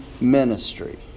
ministry